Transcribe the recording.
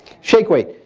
shake-away.